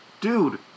dude